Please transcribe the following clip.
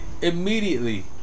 Immediately